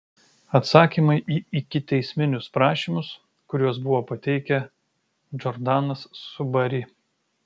atsakymai į ikiteisminius prašymus kuriuos buvo pateikę džordanas su bari